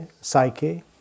psyche